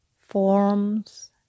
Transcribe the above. forms